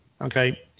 Okay